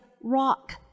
rock